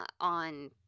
on